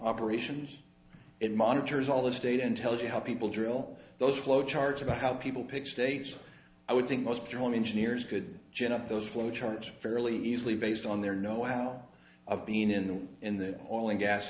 operations it monitors all this data and tells you how people drill those flow charts about how people pick states i would think most drawn engineers could generate those flow charts fairly easily based on their nohow of being in the in the oil and gas